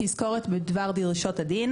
תזכורת בדבר דרישות הדין